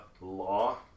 law